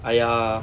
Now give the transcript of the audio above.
!aiya!